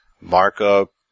markup